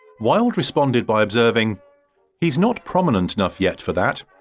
wilde responded by observing he's not prominent enough yet for that,